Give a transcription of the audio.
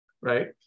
right